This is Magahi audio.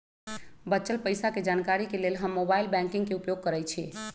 बच्चल पइसा के जानकारी के लेल हम मोबाइल बैंकिंग के उपयोग करइछि